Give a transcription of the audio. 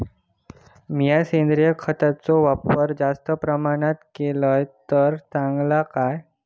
मीया सेंद्रिय खताचो वापर जास्त प्रमाणात केलय तर चलात काय?